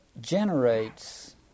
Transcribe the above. generates